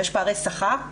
יש פערי שכר.